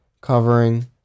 covering